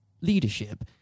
leadership